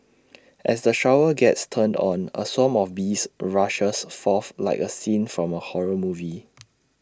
as the shower gets turned on A swarm of bees rushes forth like A scene from A horror movie